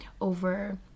over